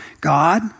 God